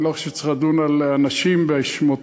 אני לא חושב שצריך לדון על אנשים בשמותיהם,